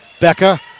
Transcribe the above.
Becca